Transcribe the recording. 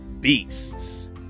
beasts